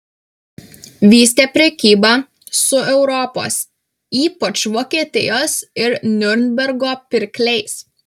vystė prekybą su europos ypač vokietijos ir niurnbergo pirkliais